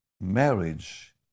marriage